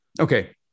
okay